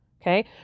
Okay